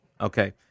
Okay